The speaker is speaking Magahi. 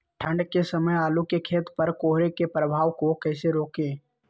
ठंढ के समय आलू के खेत पर कोहरे के प्रभाव को कैसे रोके?